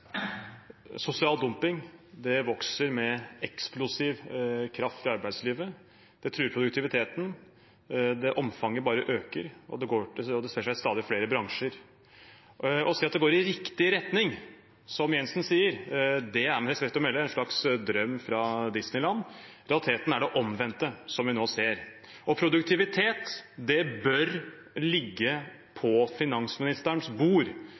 Sosial dumping vokser med eksplosiv kraft i arbeidslivet. Det truer produktiviteten. Omfanget bare øker, og det sprer seg til stadig flere bransjer. Å si at det går i riktig retning, som statsråd Jensen sier, er med respekt å melde en slags drøm fra Disneyland. Realiteten er det omvendte, som vi nå ser. Produktivitet bør ligge på finansministerens bord.